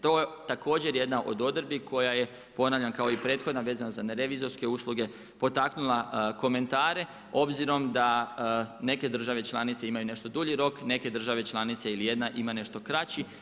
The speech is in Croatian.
To je također jedna od odredbi koja je ponavljam kao i prethodna vezana za revizorske usluge, potaknula komentare obzirom da neke države članice imaju nešto dulji rok, neke države članice ili jedna ima nešto kraći.